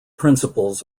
principles